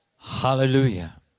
Hallelujah